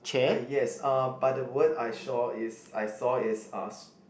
uh yes uh but the word I shaw is I saw is us